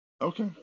Okay